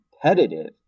competitive